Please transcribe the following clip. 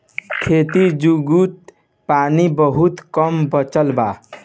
खेती जुगुत पानी बहुत कम बचल बा